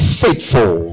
faithful